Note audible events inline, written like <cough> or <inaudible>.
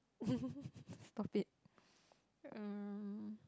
<laughs> stop it um